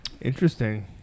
Interesting